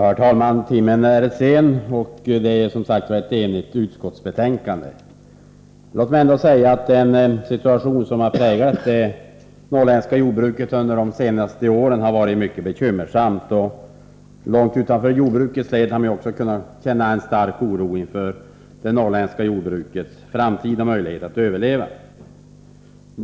Herr talman! Timmen är sen, och det är ett enigt utskottsbetänkande, men låt mig ändå säga att den situation som präglat det norrländska jordbruket under de senaste åren har varit mycket bekymmersam. Långt utanför jordbrukets led har man kunnat känna en stark oro inför det norrländska jordbrukets framtida möjligheter att överleva.